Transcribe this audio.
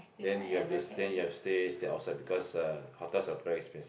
then you have to then you have to stay stay outside because uh hotels are too expensive